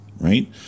right